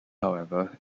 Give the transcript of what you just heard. however